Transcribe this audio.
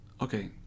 okay